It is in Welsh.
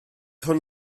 hwn